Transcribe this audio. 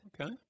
Okay